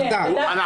גברתי,